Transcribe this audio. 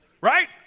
Right